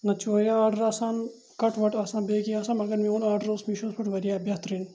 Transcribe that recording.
نَتہٕ چھُ واریاہ آرڈَر آسان کَٹ وَٹ آسان بیٚیہِ کینٛہہ آسان مگر میون آرڈَر اوس مِشیٖن پٮ۪ٹھ واریاہ بہتریٖن